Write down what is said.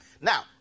Now